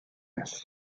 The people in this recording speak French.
neuf